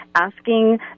asking